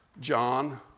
John